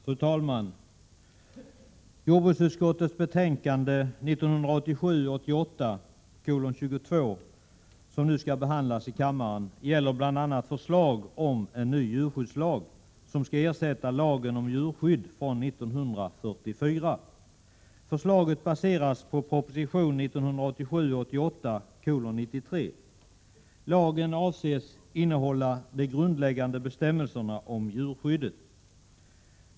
Fru talman! Jordbruksutskottets betänkande 1987 88:93. Lagen avses innehålla de grundläggande bestämmelserna om djurskyddet.